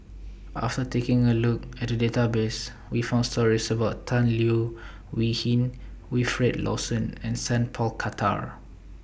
after taking A Look At The Database We found stories about Tan Leo Wee Hin Wilfed Lawson and Sat Pal Khattar